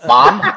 Mom